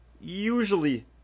usually